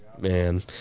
man